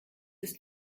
ist